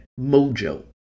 mojo